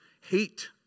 hate